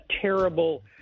terrible